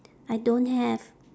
I don't have